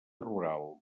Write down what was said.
rural